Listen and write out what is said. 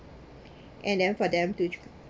and then for them to